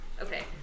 Okay